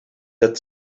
that